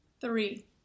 Three